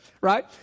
right